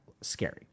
scary